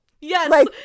Yes